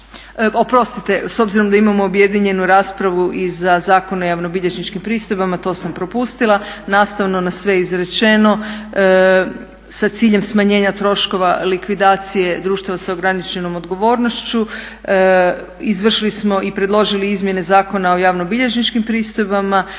Oprostite, s obzirom da imamo objedinjenu raspravu i za Zakon o javnobilježničkim pristojbama to sam propustila. Nastavno na sve izrečeno sa ciljem smanjenja troškova likvidacije društva s ograničenom odgovornošću izvršili smo i predložili izmjene Zakona o javnobilježničkim pristojbama,